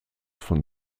von